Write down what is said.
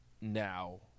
now